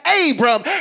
Abram